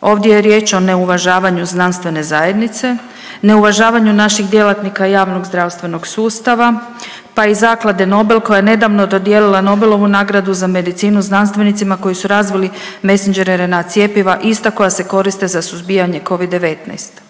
Ovdje je riječ o neuvažavanju znanstvene zajednice, neuvažavanju naših djelatnika javnog zdravstvenog sustava, pa i zaklade Nobel koja je nedavno dodijelila Nobelovu nagradu za medicinu znanstvenicima koji su razvili messenger mRNA cjepiva, ista koja se koriste za suzbijanje covid-19.